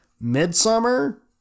Midsummer